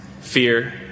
fear